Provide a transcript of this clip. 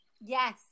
yes